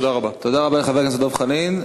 תודה רבה לחבר הכנסת דב חנין.